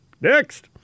Next